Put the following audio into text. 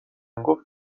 گفت